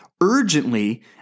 urgently